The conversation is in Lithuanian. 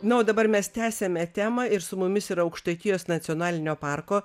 nu o dabar mes tęsiame temą ir su mumis yra aukštaitijos nacionalinio parko